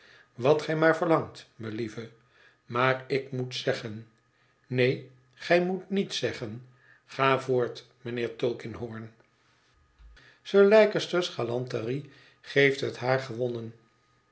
wat gij maar verlangt melieve maar ik moet zeggen neen gij moet niet zeggen ga voort mijnheer tulkinghorn sir leicester s galanterie geeft het haar gewonnen